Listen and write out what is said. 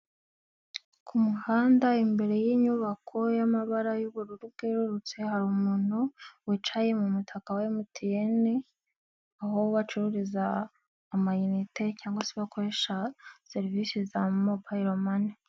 KU muhanda imbere y'inyubako y'amabara y'ubururu bwerurutse, hari umuntu wicaye mu mutaka wa MTN aho bacururiza amayinite cyangwa se bakoresha serivisi za Mobayilomani.